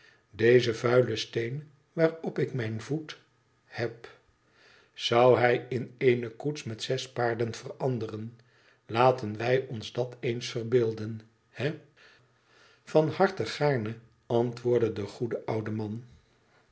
dezen vuilen steen waarop ik mijn voet heb zou hij in eene koets met zes paarden veranderen laten wij ons dat eens verbeelden hé t van harte gaarne antwoordde de goede oude man